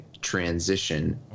transition